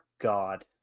God